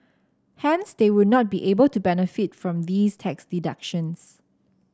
hence they would not be able to benefit from these tax deductions